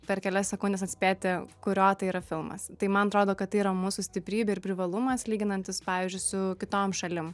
per kelias sekundes atspėti kurio tai yra filmas tai man atrodo kad tai yra mūsų stiprybė ir privalumas lyginantis pavyzdžiui su kitom šalim